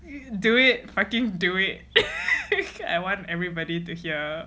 you do it fucking do it I want everybody to hear